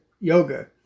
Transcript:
yoga